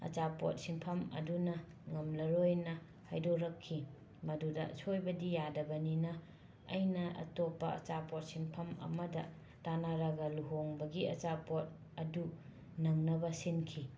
ꯑꯆꯥꯄꯣꯠ ꯁꯤꯟꯐꯝ ꯑꯗꯨꯅ ꯉꯝꯂꯔꯣꯏꯅ ꯍꯥꯏꯗꯣꯔꯛꯈꯤ ꯃꯗꯨꯗ ꯁꯣꯏꯕꯗꯤ ꯌꯥꯗꯕꯅꯤꯅ ꯑꯩꯅ ꯑꯇꯣꯞꯄ ꯑꯆꯥꯄꯣꯠ ꯁꯤꯟꯐꯝ ꯑꯃꯗ ꯇꯥꯟꯅꯔꯒ ꯂꯨꯍꯣꯡꯕꯒꯤ ꯑꯆꯥꯄꯣꯠ ꯑꯗꯨ ꯅꯪꯅꯕ ꯁꯤꯟꯈꯤ